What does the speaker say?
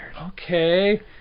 okay